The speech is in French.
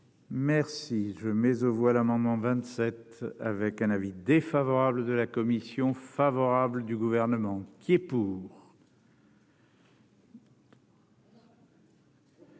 Merci je mais aux voix l'amendement 27 avec un avis défavorable de la commission favorable du gouvernement qui est pour.